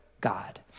God